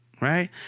right